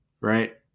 right